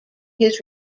his